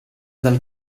dal